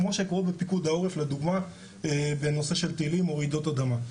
כמו שקורה בפיקוד העורף לדוגמה בנושא של טילים או רעידות אדמה.